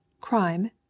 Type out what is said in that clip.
Crime